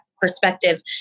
perspective